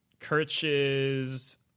Kirch's